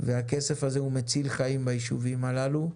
והכסף הזה הוא מציל חיים ביישובים הללו.